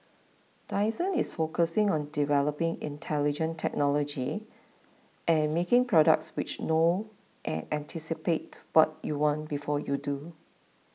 Dyson is focusing on developing intelligent technology and making products which know and anticipate what you want before you do